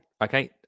Okay